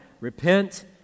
Repent